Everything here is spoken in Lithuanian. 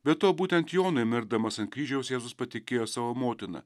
be to būtent jonui mirdamas ant kryžiaus jėzus patikėjo savo motiną